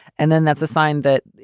and then that's a sign that,